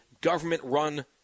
government-run